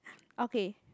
okay